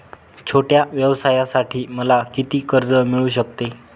छोट्या व्यवसायासाठी मला किती कर्ज मिळू शकते?